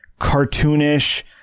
cartoonish